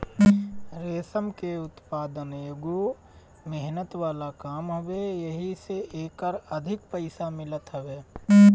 रेशम के उत्पदान एगो मेहनत वाला काम हवे एही से एकर अधिक पईसा मिलत हवे